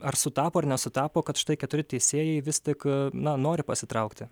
ar sutapo ir nesutapo kad štai keturi teisėjai vis tiek na nori pasitraukti